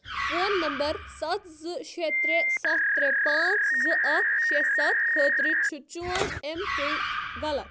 phone number سَتھ زٕ شیٚے ترٛے سَتھ ترٛے پانٛژھ زٕ اکھ شیٚے سَتھ خٲطرٕ چھُ چون ایم پے غلط